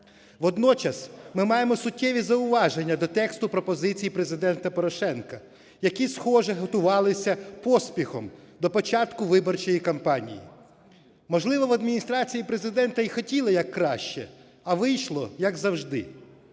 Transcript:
Водночас ми маємо суттєві зауваження до тексту пропозицій Президента Порошенка, які, схоже, готувалися поспіхом до початку виборчої кампанії. Можливо, в Адміністрації Президента і хотіли як краще, а вийшло як завжди.